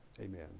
amen